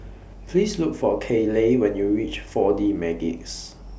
Please Look For Kayley when YOU REACH four D Magix